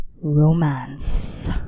Romance